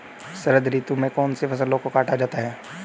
शरद ऋतु में कौन सी फसलों को काटा जाता है?